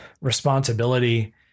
responsibility